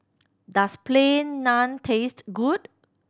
does Plain Naan taste good